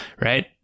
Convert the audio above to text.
right